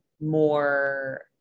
more